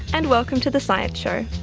and welcome to the science show.